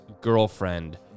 girlfriend